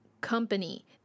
company